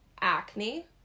acne